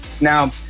Now